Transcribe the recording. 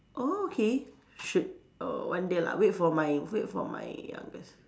okay should err one day lah wait for my wait for my youngest